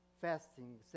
fasting